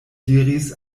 diris